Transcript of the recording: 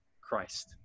christ